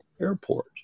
airport